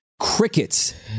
crickets